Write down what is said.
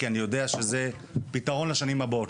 כי אני יודע שזה פתרון לשנים הבאות,